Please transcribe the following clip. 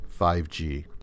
5g